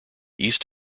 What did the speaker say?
east